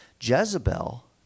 Jezebel